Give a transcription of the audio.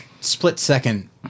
split-second